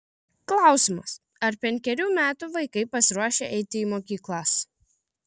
klausimas ar penkerių metų vaikai pasiruošę eiti į mokyklas